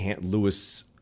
Lewis